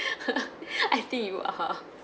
I think you are